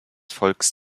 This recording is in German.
volks